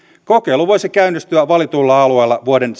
kokeilu voisi käynnistyä valituilla alueilla vuoden